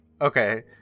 okay